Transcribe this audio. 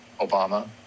Obama